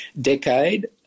Decade